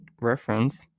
reference